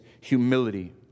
humility